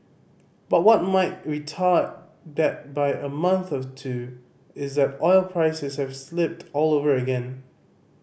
but what might retard that by a month or two is that oil prices have slipped all over again